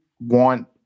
want